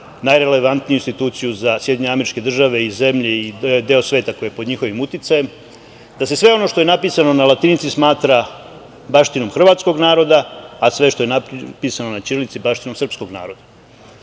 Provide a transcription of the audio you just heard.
najrelevantniju instituciju za SAD i zemlje i deo sveta koji je pod njihovim uticajem, da se sve ono što je napisano na latinici smatra baštinom hrvatskog naroda, a sve što je napisano na ćirilici baštinom srpskog naroda.